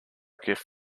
gift